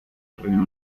reino